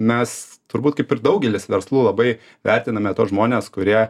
mes turbūt kaip ir daugelis verslų labai vertiname tuos žmones kurie